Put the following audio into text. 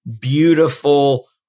beautiful